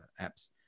apps